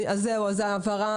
זה מספק אתכם?